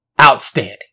outstanding